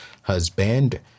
husband